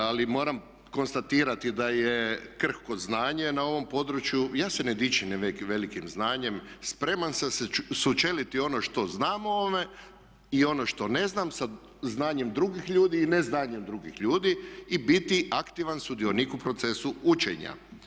Ali moramo konstatirati da je krhko znanje na ovom području, ja se ne dičim velikim znanjem, spreman sam se sučeliti ono što znam o ovome i ono što ne znam sa znanjem drugih ljudi i neznanjem drugih ljudi i biti aktivan sudionik u procesu učenja.